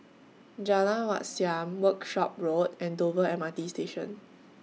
Jalan Wat Siam Workshop Road and Dover M R T Station